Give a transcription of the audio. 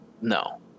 no